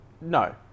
No